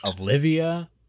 Olivia